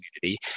community